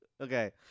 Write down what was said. okay